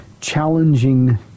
challenging